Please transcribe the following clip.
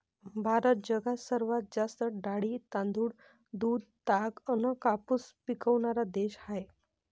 भारत जगात सर्वात जास्त डाळी, तांदूळ, दूध, ताग अन कापूस पिकवनारा देश हाय